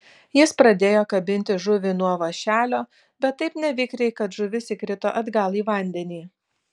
jis pradėjo kabinti žuvį nuo vąšelio bet taip nevikriai kad žuvis įkrito atgal į vandenį